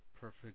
perfect